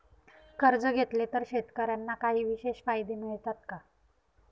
कर्ज घेतले तर शेतकऱ्यांना काही विशेष फायदे मिळतात का?